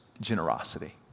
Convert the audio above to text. generosity